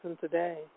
today